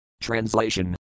Translation